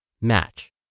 match